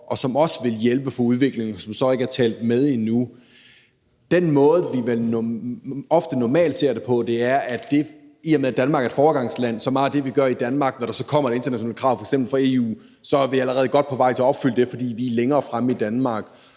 og som også vil hjælpe på udviklingen, og som så ikke er talt med endnu. Den måde, vi vel normalt ofte ser det på, i forhold til meget af det, vi gør i Danmark, er, at vi – i og med at Danmark er et foregangsland – når der kommer et internationalt krav, f.eks. fra EU, så allerede er godt på vej til at opfylde det, fordi vi er længere fremme i Danmark.